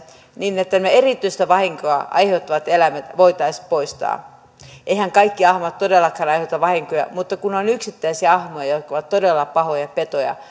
niin että ne erityistä vahinkoa aiheuttavat eläimet voitaisiin poistaa eiväthän kaikki ahmat todellakaan aiheuta vahinkoja mutta on yksittäisiä ahmoja jotka ovat todella pahoja petoja